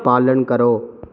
पालन करो